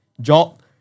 job